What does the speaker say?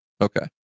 Okay